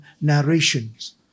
narrations